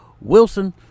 Wilson